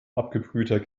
abgebrühter